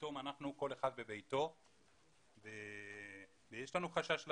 ופתאום אנחנו כל אחד בביתו ויש לנו חשש לעתיד.